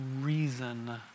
reason